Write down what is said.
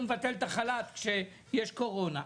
שר האוצר גם כן גאון גדול שעכשיו הוא מבטל את החל"ת כשיש קורונה.